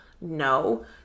no